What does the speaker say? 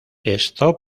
esto